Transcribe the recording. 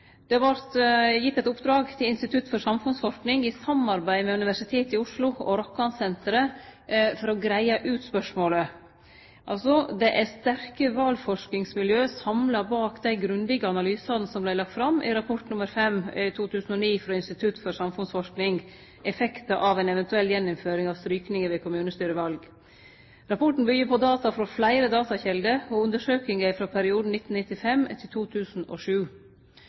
Det vart då gitt eit oppdrag til Institutt for samfunnsforskning i samarbeid med Universitetet i Oslo og Rokkansenteret for å greie ut spørsmålet. Det er sterke valforskingsmiljø samla bak dei grundige analysane som vart lagde fram i rapport nr. 5 i 2009 frå Institutt for samfunnsforskning, Effekter av en eventuell gjeninnføring av strykninger ved kommunestyrevalg. Rapporten byggjer på data frå fleire datakjelder, og undersøkinga er frå perioden 1995 til 2007.